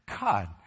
God